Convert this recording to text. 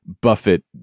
Buffett